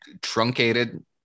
truncated